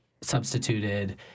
substituted